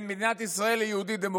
כן, מדינת ישראל היא יהודית-דמוקרטית,